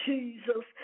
Jesus